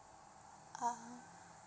ah ha